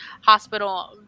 hospital